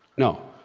no!